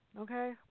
okay